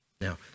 Now